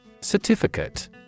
Certificate